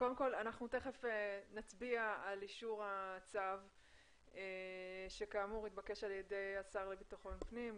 אנחנו תכף נצביע על אישור הצו שכאמור התבקש על ידי השר לביטחון פנים,